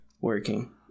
working